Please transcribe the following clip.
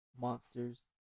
monsters